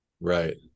Right